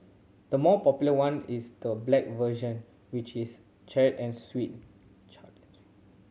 the more popular one is the black version which is charred and sweet